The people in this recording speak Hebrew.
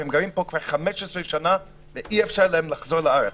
הם גרים פה כבר 15 שנה והם לא יכולים לחזור לארץ,